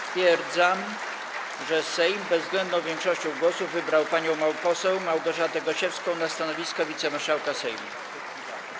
Stwierdzam, że Sejm bezwzględną większością głosów wybrał panią poseł Małgorzatę Gosiewską na stanowisko wicemarszałka Sejmu.